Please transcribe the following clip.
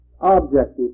objective